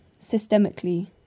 systemically